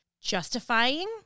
justifying